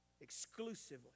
exclusively